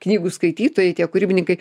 knygų skaitytojai tie kūrybininkai